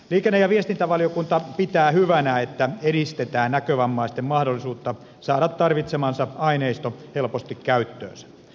liikenne ja viestintävaliokunta pitää hyvänä että edistetään näkövammaisten mahdollisuutta saada tarvitsemansa aineisto helposti käyttöönsä